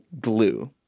glue